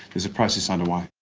there's a process underway.